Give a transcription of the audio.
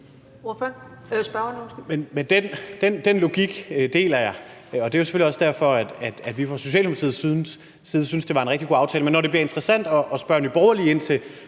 den logik deler jeg. Det er selvfølgelig også derfor, at vi i Socialdemokratiet synes, at det er en rigtig god aftale. Men når det bliver interessant at spørge Nye Borgerlige om